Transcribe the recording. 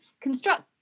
construct